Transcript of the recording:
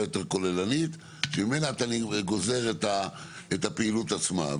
יותר כוללנית שממנה אתה גוזר את הפעילות עצמה.